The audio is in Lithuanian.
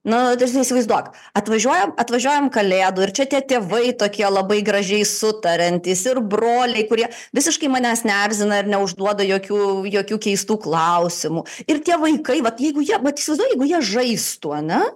nu ta prasme įsivaizduok atvažiuojam atvažiuojam kalėdų ir čia tie tėvai tokie labai gražiai sutariantys ir broliai kurie visiškai manęs neerzina ir neužduoda jokių jokių keistų klausimų ir tie vaikai vat jeigu jie vat įsivaizduoji jeigu vat jie žaistų ane